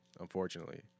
unfortunately